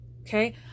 okay